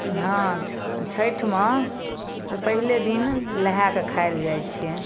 हँ छैठमे से पहिले दिन नहा कऽ खैल जाइ छै